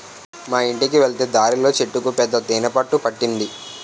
మా యింటికి వెళ్ళే దారిలో చెట్టుకు పెద్ద తేనె పట్టు పట్టింది